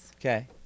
Okay